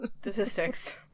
Statistics